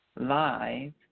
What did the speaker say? live